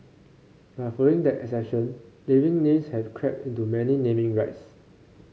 but following that exception living names have crept into many naming rights